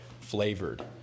flavored